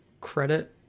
credit